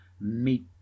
meet